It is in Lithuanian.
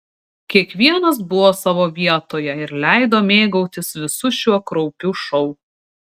kiekvienas buvo savo vietoje ir leido mėgautis visu šiuo kraupiu šou